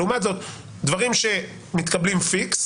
לעומת זאת דברים שמתקבלים פיקס,